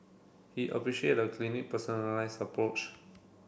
he appreciate the clinic personalised approach